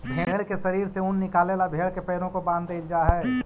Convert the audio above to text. भेंड़ के शरीर से ऊन निकाले ला भेड़ के पैरों को बाँध देईल जा हई